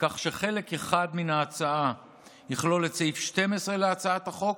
כך שחלק אחד מן ההצעה יכלול את סעיף 12 להצעת החוק,